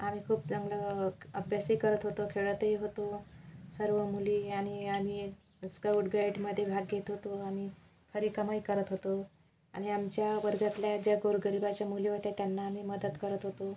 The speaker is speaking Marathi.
आम्ही खूप चांगलं अभ्यासही करत होतो खेळतही होतो सर्व मुली आणि आणि स्कऊट गाईटमध्ये भाग घेत होतो आम्ही खरी कमाई करत होतो आणि आमच्या वर्गातल्या ज्या गोरगरीबाच्या मुली होत्या त्यांना आम्ही मदत करत होतो